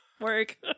work